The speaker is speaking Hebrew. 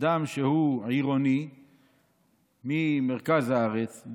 אדם שהוא עירוני ממרכז הארץ,